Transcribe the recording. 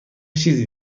چیزی